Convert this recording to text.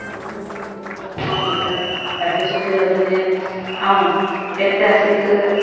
ऐं नॉवेल में प्रेम कथाऊं ॿुधणु ॾाढियूं सुठियूं लॻंदियूं आहिनि ऐं ऐतिहासिक